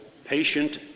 patient